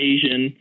Asian